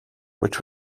which